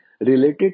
related